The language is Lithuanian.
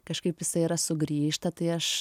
kažkaip jisai yra sugrįžta tai aš